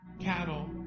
cattle